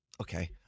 Okay